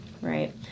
Right